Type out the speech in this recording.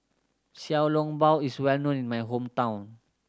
Xiao Long Bao is well known in my hometown